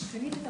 זה לא רק שחייה.